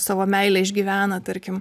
savo meilę išgyvena tarkim